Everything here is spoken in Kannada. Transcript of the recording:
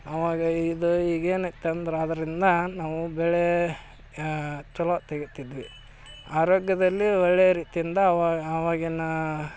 ಅವಾಗ ಇದು ಈಗೇನು ಇತ್ತಂದ್ರೆ ಅದರಿಂದ ನಾವು ಬೆಳೆ ಯ ಚಲೋ ತೆಗಿತಿದ್ವಿ ಆರೋಗ್ಯದಲ್ಲಿ ಒಳ್ಳೆಯ ರೀತಿಯಿಂದ ಅವ ಅವಾಗಿನ